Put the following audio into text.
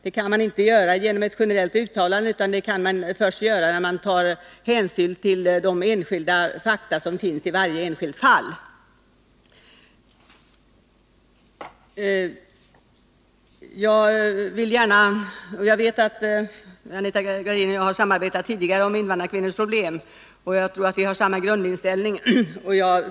Praxis kan inte slås fast genom ett generellt uttalande, utan först sedan man tagit hänsyn till de fakta som finns i varje enskilt fall. Anita Gradin och jag har tidigare samarbetat när det gäller frågor om invandrarkvinnornas problem, och jag tror att vi har samma grundinställning.